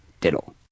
diddle